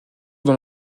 dans